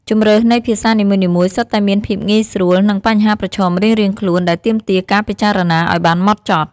ជម្រើសនៃភាសានីមួយៗសុទ្ធតែមានភាពងាយស្រួល និងបញ្ហាប្រឈមរៀងៗខ្លួន ដែលទាមទារការពិចារណាឱ្យបានហ្មត់ចត់។